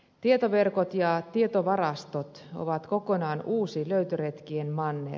tietoverkot ja tietovarastot ovat kokonaan uusi löytöretkien manner